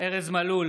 ארז מלול,